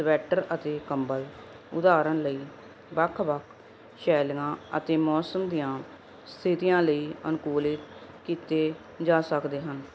sweater ਅਤੇ ਕੰਬਲ ਉਦਾਹਰਣ ਲਈ ਵੱਖ ਵੱਖ ਸ਼ੈਲੀਆਂ ਅਤੇ ਮੌਸਮ ਦੀਆਂ ਸਥਿਤੀਆਂ ਲਈ ਅਨੁਕੂਲਿਤ ਕੀਤੇ ਜਾ ਸਕਦੇ ਹਨ